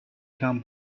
come